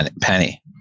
penny